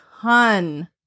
ton